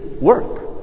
work